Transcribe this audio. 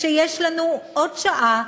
שיש לנו עוד שעה